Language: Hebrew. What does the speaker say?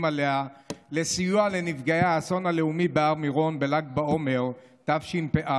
עליה לסיוע לנפגעי האסון הלאומי בהר מירון בל"ג בעומר תשפ"א,